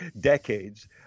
decades